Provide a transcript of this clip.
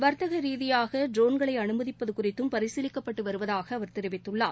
வர்த்தக ரீதியாக ட்ரோன்களை அனுமதிப்பது குறித்தும் பரிசீலிக்கப்பட்டு வருவதாக அவர் தெரிவித்தார்